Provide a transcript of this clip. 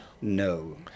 no